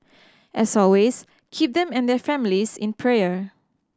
as always keep them and their families in prayer